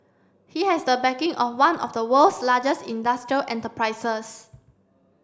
he has the backing of one of the world's largest industrial enterprises